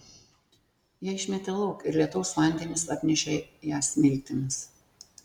ją išmetė lauk ir lietaus vandenys apnešė ją smiltimis